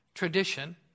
tradition